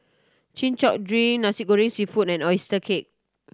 Chin Chow drink Nasi Goreng Seafood and oyster cake